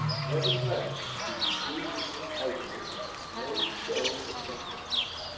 nevertheless he received his new title with no show of thankfulness.